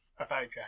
Okay